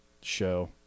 show